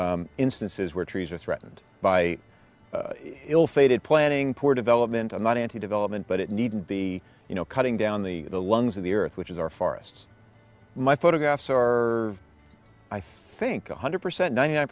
instances where trees are threatened by ill fated planning poor development i'm not anti development but it needn't be you know cutting down the lungs of the earth which is our forests my photographs are i think a hundred percent ninety nine